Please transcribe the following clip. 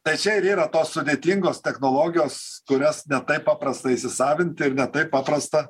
tai čia ir yra tos sudėtingos technologijos kurias ne taip paprasta įsisavinti ir ne taip paprasta